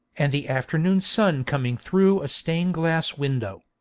and the afternoon sun coming through a stained-glass window.